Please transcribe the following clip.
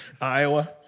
Iowa